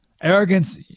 Arrogance